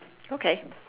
okay